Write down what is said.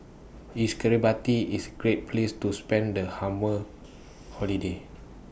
IS Kiribati IS Great Place to spend The hammer Holiday